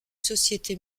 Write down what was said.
société